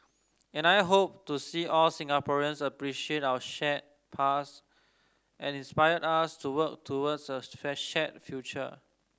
and I hope to see all Singaporeans appreciate our shared past and inspire us to work towards a shared future